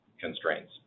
constraints